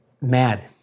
mad